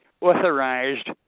authorized